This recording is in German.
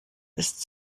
ist